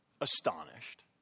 astonished